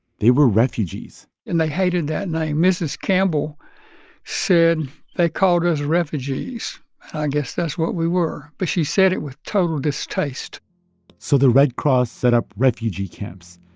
they were refugees and they hated that name. mrs. campbell said, they called us refugees, and i guess that's what we were. but she said it with total distaste so the red cross set up refugee camps,